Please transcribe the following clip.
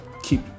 keep